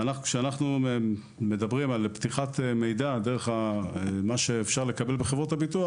כשאנחנו מדברים על קבלת המידע דרך חברות הביטוח,